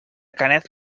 canet